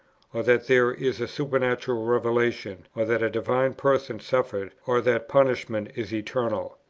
or that there is a supernatural revelation, or that a divine person suffered, or that punishment is eternal.